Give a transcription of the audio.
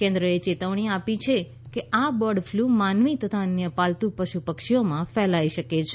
કેન્દ્રએ ચેતવણી આપી છે આ બર્ડ ફ્લૂ માનવી તથા અન્ય પાલતુ પશુ પક્ષીઓમાં ફેલાઈ શકે છે